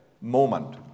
moment